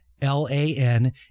L-A-N